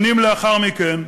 שנים לאחר מכן,